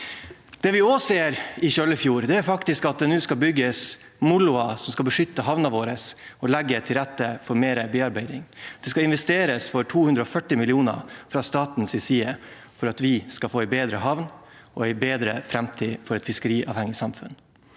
Det vi ser i Kjøllefjord, er at det nå skal bygges moloer som skal beskytte havnen vår og legge til rette for mer bearbeiding. Det skal investeres for 240 mill. kr fra statens side for at vi skal få en bedre havn, og for en bedre framtid for et fiskeriavhengig samfunn.